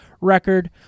record